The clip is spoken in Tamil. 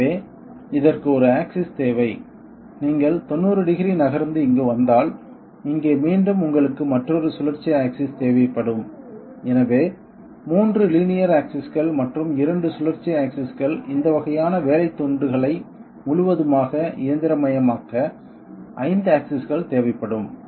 எனவே இதற்கு ஒரு ஆக்சிஸ் தேவை நீங்கள் 90 டிகிரி நகர்ந்து இங்கு வந்தால் இங்கே மீண்டும் உங்களுக்கு மற்றொரு சுழற்சி ஆக்சிஸ் தேவைப்படும் எனவே 3 லீனியர் ஆக்சிஸ்கள் மற்றும் 2 சுழற்சி ஆக்சிஸ்கள் இந்த வகையான வேலைத் துண்டுகளை முழுவதுமாக இயந்திரமயமாக்க 5 ஆக்சிஸ்கள் தேவைப்படும்